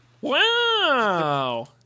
Wow